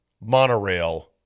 monorail